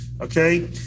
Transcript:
okay